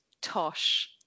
tosh